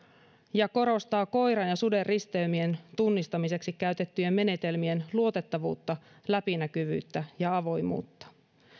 ja korostaa koiran ja suden risteymien tunnistamiseksi käytettyjen menetelmien luotettavuutta läpinäkyvyyttä ja avoimuutta